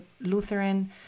Lutheran